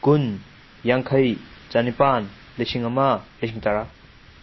ꯀꯨꯟ ꯌꯥꯡꯈꯩ ꯆꯅꯤꯄꯥꯟ ꯂꯤꯁꯤꯡ ꯑꯃ ꯂꯤꯁꯤꯡ ꯇꯔꯥ